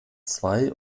zwei